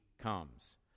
comes